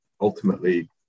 ultimately